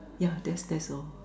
yeah that's that's all